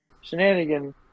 Shenanigan